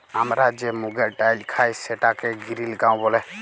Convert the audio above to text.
আমরা যে মুগের ডাইল খাই সেটাকে গিরিল গাঁও ব্যলে